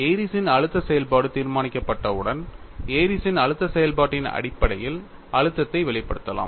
ஏரிஸ்ன் Airy's அழுத்த செயல்பாடு தீர்மானிக்கப்பட்டவுடன் ஏரிஸ்ன் Airy's அழுத்த செயல்பாட்டின் அடிப்படையில் அழுத்தத்தை வெளிப்படுத்தலாம்